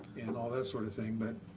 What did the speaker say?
and all that sort of thing, but